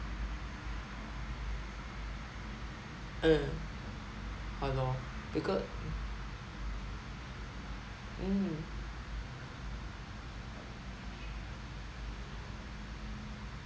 uh !hannor! because mm